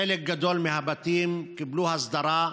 חלק גדול מהבתים קיבלו הסדרה,